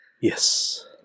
Yes